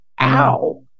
ow